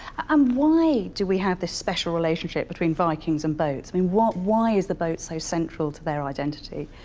um why do we have this special relationship between vikings and boats, i mean what why is the boat so central to their identity?